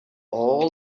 all